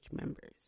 members